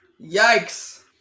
Yikes